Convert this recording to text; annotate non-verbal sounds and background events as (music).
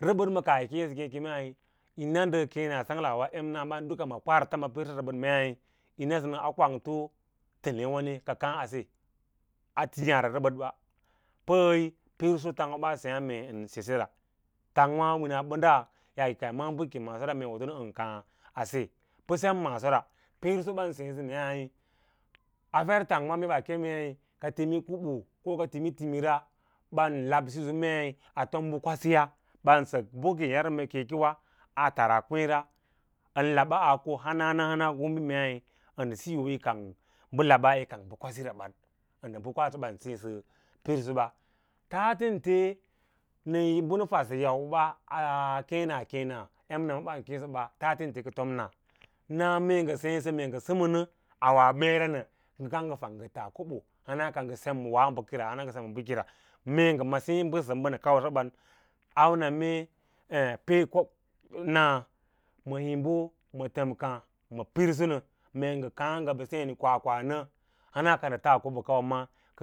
rabad ma kaah yi kee sase yi kemei yona nda keena langlass mnsa dukd kwalarte ma persoi bad mei nan da ma a kwang tenewa mee a kas as tiyaarara bad mee ka kas ase a tiyara rabad ba pai tang ws bas beeya mee ka sese ra tara ka yaake ma’a bakeke massore anosepa sem maasora piro ban sei ba mei a far teng mee ba kei ka timi kubu ko ka tim timrs timi kubus ko ka tini timira banlab siso mee a tom kwasira ban an yau mee keke we tara kweera an laba ako hanana hana gombey mei a nda kaiya yi kanb las yi tom ba kwasira ban da kwasa ban seesaba tantante aa ban da dadsa yauro ba keema keens ban keisaba tataele ka to na da mee nga seesa wa bakakara mee nga see mba na kaisa saban aurame oe (noise) ma hmbo ma tamko ma pirso no mee ng akee nga seen kwakwa na hanaka nda tau kobo kawa maa.